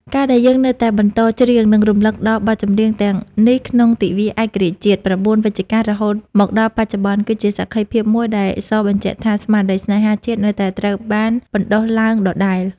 ការដែលយើងនៅតែបន្តច្រៀង និងរំលឹកដល់បទចម្រៀងទាំងនេះក្នុងទិវាឯករាជ្យជាតិ ៩ វិច្ឆិកា រហូតមកដល់បច្ចុប្បន្ន គឺជាសក្ខីភាពមួយដែលសបញ្ជាក់ថា ស្មារតីស្នេហាជាតិនៅតែត្រូវបានបណ្តុះឡើងដដែល។